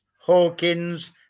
Hawkins